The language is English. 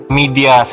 media